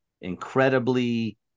Incredibly